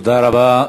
תודה רבה.